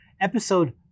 episode